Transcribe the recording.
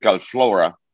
flora